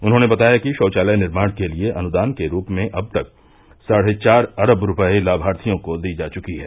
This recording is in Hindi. उन्होंने बताया कि शौचालय निर्माण के लिये अनुदान के रूप में अब तक साढ़े चार अरब रूपये लाभार्थियों को दी जा चुकी है